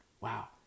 Wow